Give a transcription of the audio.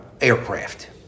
aircraft